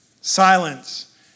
silence